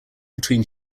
between